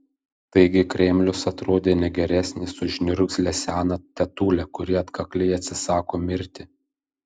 taigi kremlius atrodė ne geresnis už niurgzlę seną tetulę kuri atkakliai atsisako mirti